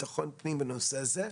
ביטחון ופנים בנושא זה.